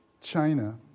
China